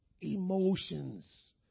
Emotions